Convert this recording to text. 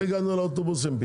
איך הגענו לאוטובוסים?